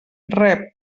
rep